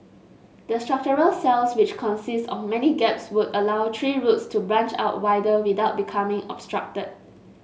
the structural cells which consist of many gaps would allow tree roots to branch out wider without becoming obstructed